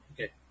Okay